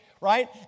right